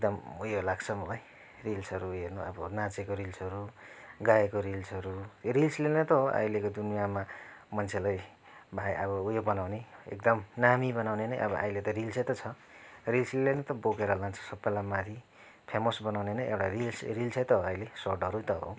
एकदम उयो लाग्छ मलाई रिल्सहरू हेर्नु अब नाँचेको रिल्सहरू गाएको रिल्सहरू रिल्सले नै त हो अहिलेको दुनियाँमा मान्छेलाई अब उयो बनाउने एकदम नामी बनाउने नै अब अहिले त रिल्सै त छ रिल्सले नै त बोकेर लान्छ सबैलाई माथि फेमस बनाउने नै एउटा रिल्स रिल्सै हो अहिले सर्ट्हरू नै त हो